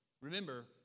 Remember